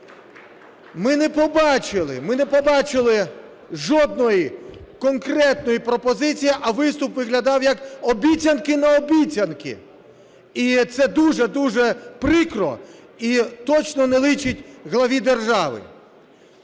Ми не побачили жодної конкретної пропозиції, а виступ виглядав як обіцянки на обіцянки. І це дуже-дуже прикро, і точно не личить главі держави.